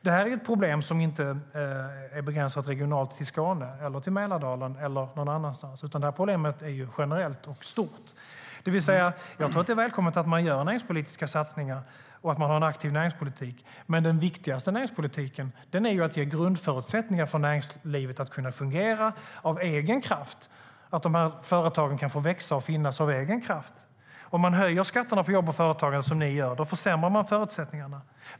Det är ett problem som inte är begränsat regionalt till Skåne eller till Mälardalen eller någon annanstans, utan det problemet är generellt och stort. Det är välkommet att man gör näringspolitiska satsningar och att man har en aktiv näringspolitik, men den viktigaste näringspolitiken är att ge grundförutsättningar för näringslivet att fungera av egen kraft, att företagen kan få växa och finnas av egen kraft. Om man höjer skatterna på jobb och företagande, som ni gör, försämrar man förutsättningarna.